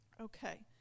Okay